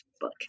book